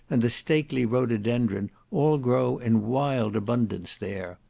and the stately rhododendron, all grow in wild abundance there.